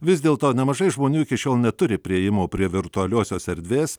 vis dėlto nemažai žmonių iki šiol neturi priėjimo prie virtualiosios erdvės